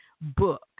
book